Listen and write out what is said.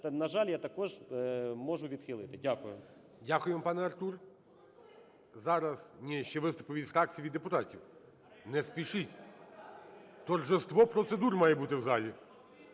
на жаль, я також можу відхилити. Дякую. ГОЛОВУЮЧИЙ. Дякуємо, пане Артур. Зараз... Ні, ще виступи від фракцій, від депутатів, не спішіть. Торжество процедур має бути в залі.